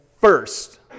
first